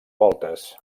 voltes